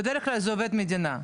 בדרך כלל זה עובד מדינה?